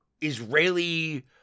Israeli